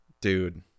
Dude